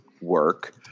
work